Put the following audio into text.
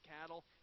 cattle